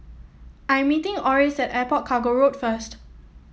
I'm meeting Orris at Airport Cargo Road first